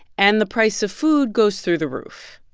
and the price of food goes through the roof.